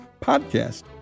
podcast